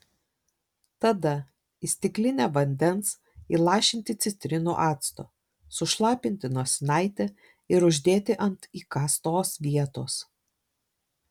tada į stiklinę vandens įlašinti citrinų acto sušlapinti nosinaitę ir uždėti ant įkastos vietos